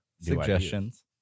suggestions